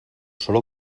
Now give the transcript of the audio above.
solo